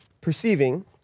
perceiving